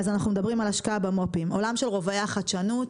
עולם של רובעי חדשנות